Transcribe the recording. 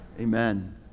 Amen